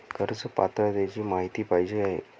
कर्ज पात्रतेची माहिती पाहिजे आहे?